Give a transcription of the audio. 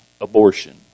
abortion